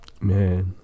man